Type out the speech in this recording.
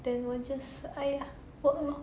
then 我 just !aiya! work lor